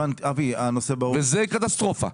זאת קטסטרופה.